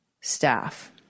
staff